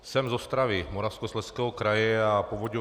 Jsem z Ostravy, Moravskoslezského kraje, a Povodí